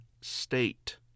state